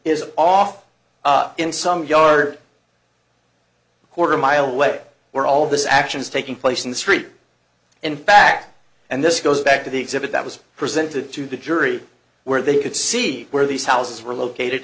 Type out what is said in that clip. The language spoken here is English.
is off in some yaar quarter mile away were all this action is taking place in the street and back and this goes back to the exhibit that was presented to the jury where they could see where these houses were located